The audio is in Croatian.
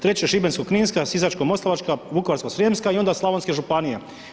Treće Šibensko kninska, Sisačko moslavačka, Vukovarsko srijemska onda slavonske županije.